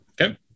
Okay